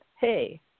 Hey